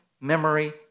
memory